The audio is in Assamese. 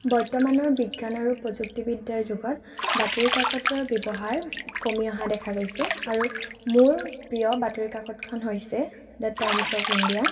বৰ্তমানৰ বিজ্ঞান আৰু প্ৰযুক্তিবিদ্যাৰ যুগত বাতৰিকাকতৰ ব্যৱহাৰ কমি অহা দেখা গৈছে আৰু মোৰ প্ৰিয় বাতৰিকাকতখন হৈছে দা টাইমচ্ অফ ইণ্ডিয়া